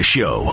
Show